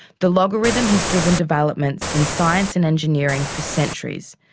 the logarithm has driven developments in science and engineering for centuries,